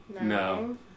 No